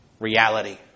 Reality